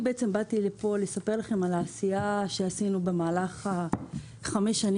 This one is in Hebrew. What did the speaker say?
באתי לפה לספר לכם על העשייה שעשינו במהלך חמש השנים